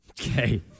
Okay